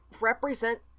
represent